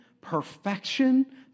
perfection